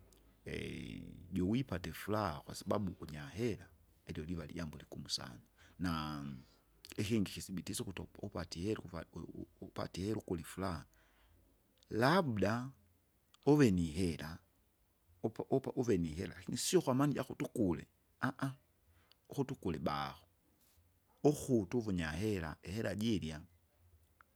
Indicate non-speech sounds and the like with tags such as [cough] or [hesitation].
[hesitation] juwipate ifuraha kwasababu kunyahera, alio liva lijambo ligumu sana, naamu, ikingi kisibiti iso ukuto upatie ihera ukuva u- u- upatie ihera ikula ifuraha. Labda uve nihera, upa- upa uve nihera, lakini siom kwamana jakutu ukule, [hesitation] ukutu ukule baho, ukutu uve unyahera, ihera jirya,